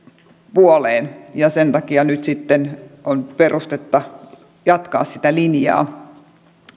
puoleen ja sen takia nyt sitten on perustetta jatkaa sitä linjaa